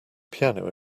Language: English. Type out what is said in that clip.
piano